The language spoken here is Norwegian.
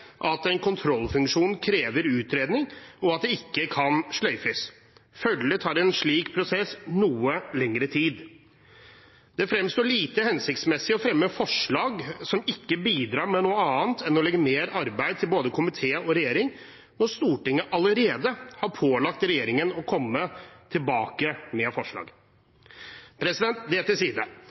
at en kontrollfunksjon krever utredning, og at det ikke kan sløyfes. Følgelig tar en slik prosess noe lengre tid. Det fremstår lite hensiktsmessig å fremme forslag som ikke bidrar med noe annet enn å legge mer arbeid til både komité og regjering, når Stortinget allerede har pålagt regjeringen å komme tilbake med forslag. Det til side.